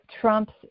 trumps